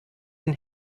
den